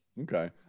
Okay